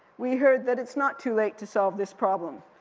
we heard that it's not too late to solve this problem.